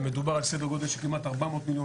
מדובר על סדר גודל של כמעט 400 מיליון